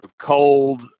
cold